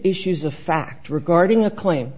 issues of fact regarding a claim